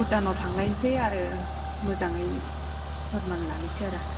भुटानआव थांलायनसैआरो मोजाङै फोरमान लानोसै आरो